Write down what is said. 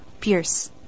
pierce